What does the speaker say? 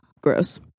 Gross